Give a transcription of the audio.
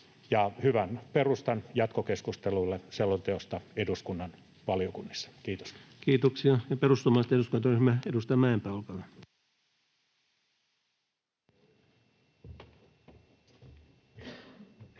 hyvän perustan jatkokeskustelulle selonteosta eduskunnan valiokunnissa. — Kiitos. Kiitoksia. — Ja perussuomalaisten eduskuntaryhmä, edustaja Mäenpää, olkaa hyvä. Arvoisa